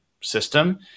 system